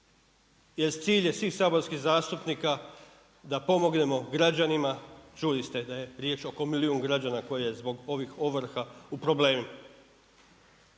jer cilj je svih saborskih zastupnika da pomognemo građanima. Čuli ste da je riječ oko milijun građana koje je zbog ovih ovrha u problemima.